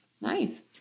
nice